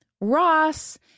Ross